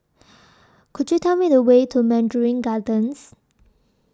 Could YOU Tell Me The Way to Mandarin Gardens